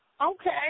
Okay